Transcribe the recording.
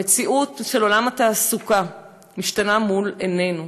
היא שהמציאות של עולם התעסוקה משתנה מול עינינו,